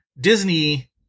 disney